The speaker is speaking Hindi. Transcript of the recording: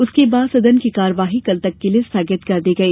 उसके बाद सदन की कार्यवाही कल तक के लिये स्थगित कर दी गई